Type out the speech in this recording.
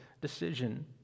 decision